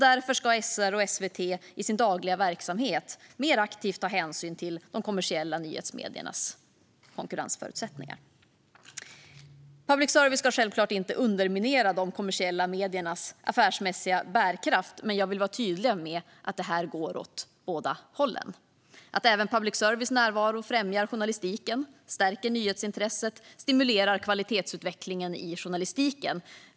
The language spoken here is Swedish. Därför ska SR och SVT i sin dagliga verksamhet mer aktivt ta hänsyn till de kommersiella nyhetsmediernas konkurrensförutsättningar. Public service ska självklart inte underminera de kommersiella mediernas affärsmässiga bärkraft. Men jag vill vara tydlig med att det går åt båda hållen. Även public services närvaro främjar journalistiken, stärker nyhetsintresset och stimulerar kvalitetsutvecklingen i journalistiken.